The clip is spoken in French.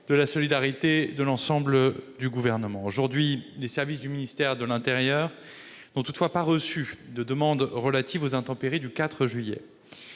de la solidarité de l'ensemble du Gouvernement. Aujourd'hui, les services du ministère de l'intérieur n'ont toutefois pas reçu de demandes relatives aux intempéries du 4 juillet.